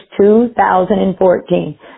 2014